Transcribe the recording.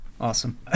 Awesome